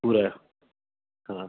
पूरा हाँ